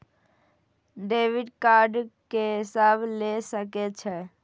Debit card के सब ले सके छै?